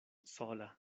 sola